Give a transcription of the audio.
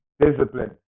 Discipline